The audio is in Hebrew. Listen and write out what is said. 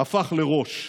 הפך לראש.